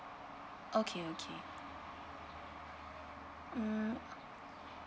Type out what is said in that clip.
okay okay mm